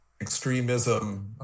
extremism